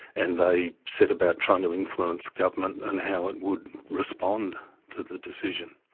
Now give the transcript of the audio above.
and they set about trying to influence government and how it would respond to the decision.